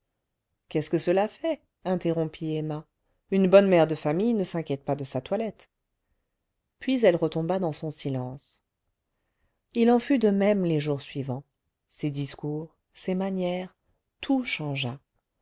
qu'est-ce que cela fait interrompit emma une bonne mère de famille ne s'inquiète pas de sa toilette puis elle retomba dans son silence il en fut de même les jours suivants ses discours ses manières tout changea